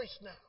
now